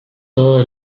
todo